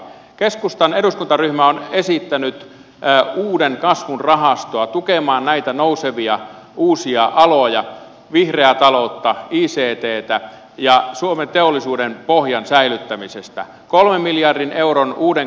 keskustan eduskuntaryhmä on esittänyt uuden kasvun rahastoa tukemaan näitä nousevia uusia aloja vihreää taloutta icttä ja suomen teollisuuden pohjan säilyttämistä